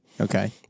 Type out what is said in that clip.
Okay